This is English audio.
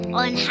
on